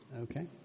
okay